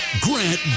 Grant